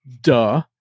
Duh